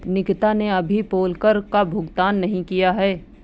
निकिता ने कभी पोल कर का भुगतान नहीं किया है